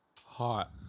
Hot